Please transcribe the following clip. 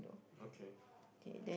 okay